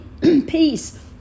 peace